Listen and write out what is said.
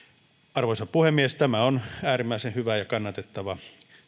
arvoisa puhemies tämä on äärimmäisen hyvä ja kannatettava